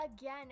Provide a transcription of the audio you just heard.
again